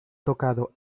tocado